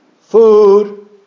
food